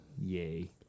Yay